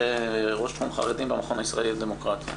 ראש תחום חרדים במכון הישראלי לדמוקרטיה.